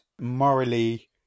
morally